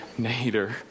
Nader